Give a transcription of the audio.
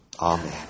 Amen